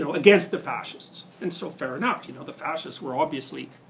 against the fascists. and so fair enough, you know the fascists were obviously